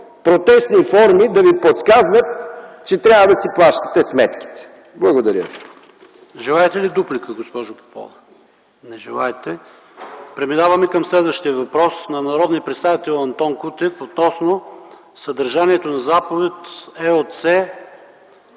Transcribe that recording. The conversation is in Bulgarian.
протестни форми да Ви подсказват, че трябва да си плащате сметките. Благодаря Ви. ПРЕДСЕДАТЕЛ ПАВЕЛ ШОПОВ: Желаете ли дуплика, госпожо Попова? Не желаете. Преминаваме към следващия въпрос на народния представител Антон Кутев относно съдържанието на Заповед №